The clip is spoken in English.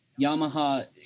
Yamaha